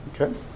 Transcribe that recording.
okay